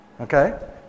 Okay